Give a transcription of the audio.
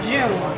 June